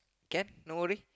can no worry